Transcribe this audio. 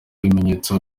ibimenyetso